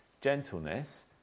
gentleness